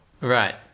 Right